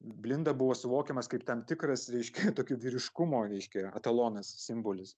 blinda buvo suvokiamas kaip tam tikras reiškia tokių vyriškumo reiškia etalonas simbolis